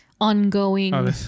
ongoing